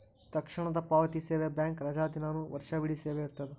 ತಕ್ಷಣದ ಪಾವತಿ ಸೇವೆ ಬ್ಯಾಂಕ್ ರಜಾದಿನಾನು ವರ್ಷವಿಡೇ ಸೇವೆ ಇರ್ತದ